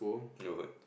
neighbourhood